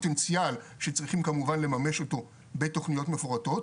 פוטנציאל שצריכים כמובן לממש אותו בתוכניות מפורטות,